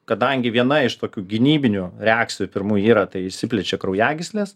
kadangi viena iš tokių gynybinių reakcijų pirmų yra tai išsiplečia kraujagyslės